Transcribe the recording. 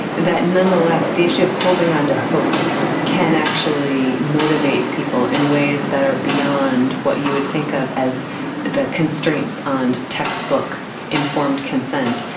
that nonetheless the issue of holding onto hope can actually motivate people in ways that are beyond what you would think of as the constraints on textbook informed consent.